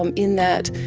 um in that